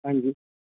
हां जी